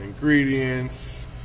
ingredients